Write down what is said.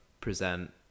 present